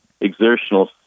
exertional